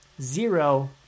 zero